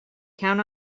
count